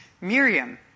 Miriam